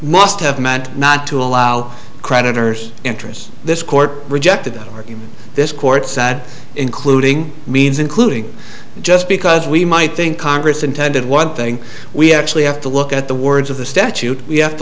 must have meant not to allow creditors interest this court rejected the argument this court sad including means including just because we might think congress intended one thing we actually have to look at the words of the statute we have to